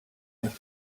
you